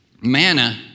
manna